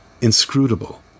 inscrutable